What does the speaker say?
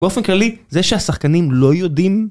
באופן כללי, זה שהשחקנים לא יודעים